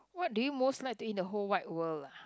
what do you most like to eat in the whole wide world ah